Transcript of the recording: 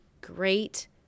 great